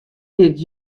giet